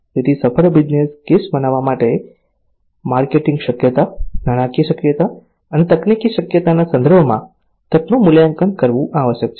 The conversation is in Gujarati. તેથી સફળ બિઝનેસ કેસ બનવા માટે માર્કેટિંગ શક્યતા નાણાકીય શક્યતા અને તકનીકી શક્યતાના સંદર્ભમાં તકનું મૂલ્યાંકન કરવું આવશ્યક છે